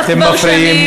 אתם מפריעים.